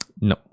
No